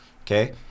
okay